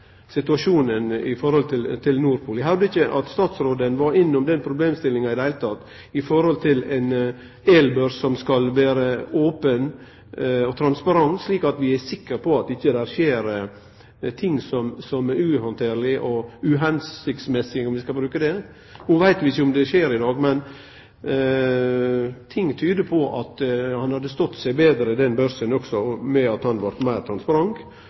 situasjonen i Norpool. Eg høyrde ikkje at statsråden var innom den problemstillinga i det heile, om ein elbørs som skal vere open og transparent, slik at vi er sikre på at det ikkje skjer ting som er uhandterlege og uhensiktsmessige, om vi skal bruke dei orda. No veit vi ikkje om det skjer i dag, men ting tyder på at han hadde stått seg betre, den børsen også, om han hadde vorte meir transparent. Eg høyrde heller ikkje at